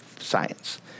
science